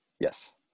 yes